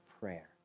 prayer